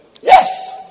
Yes